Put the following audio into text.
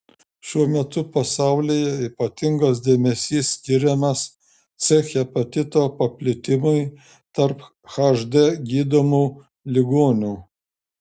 šiuo metu pasaulyje ypatingas dėmesys skiriamas c hepatito paplitimui tarp hd gydomų ligonių